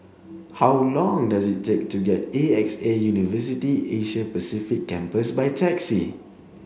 how long does it take to get to A X A University Asia Pacific Campus by taxi